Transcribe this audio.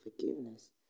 forgiveness